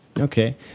Okay